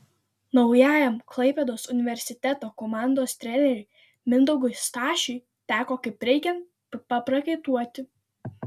naujajam klaipėdos universiteto komandos treneriui mindaugui stašiui teko kaip reikiant paprakaituoti